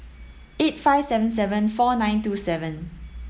eight five seven seven four nine two seven